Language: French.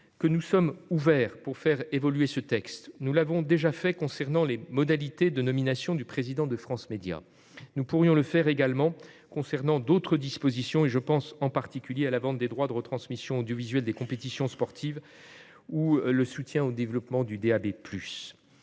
que nous sommes ouverts pour faire évoluer ce texte. Nous l'avons déjà fait concernant les modalités de nomination du président de France Médias. Nous pourrions le faire également concernant d'autres dispositions. Je pense, en particulier, à la vente des droits de retransmission audiovisuelle des compétitions sportives ou au soutien au développement du DAB+,